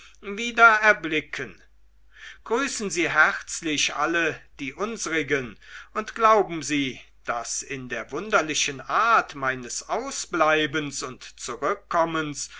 wieder erblicken grüßen sie herzlich alle die unsrigen und glauben sie daß in der wunderlichen art meines außenbleibens und zurückkommens